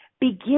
begin